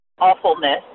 awfulness